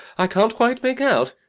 i can't quite make out.